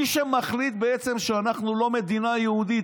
מי שמחליט בעצם שאנחנו לא מדינה יהודית